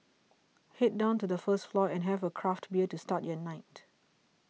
head down to the first floor and have a craft bear to start your night